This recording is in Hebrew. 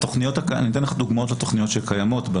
אני אתן לך דוגמאות לתכניות שקיימות.